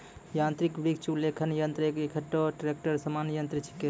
यांत्रिक वृक्ष उद्वेलक यंत्र एक ट्रेक्टर केरो सामान्य यंत्र छिकै